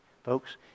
Folks